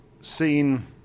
seen